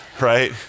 right